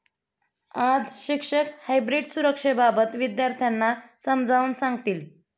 आज शिक्षक हायब्रीड सुरक्षेबाबत विद्यार्थ्यांना समजावून सांगतील